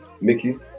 Mickey